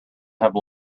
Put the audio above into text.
have